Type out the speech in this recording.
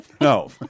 No